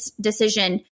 decision